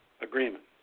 Agreement